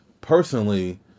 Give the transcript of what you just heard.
personally